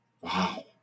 Wow